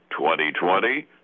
2020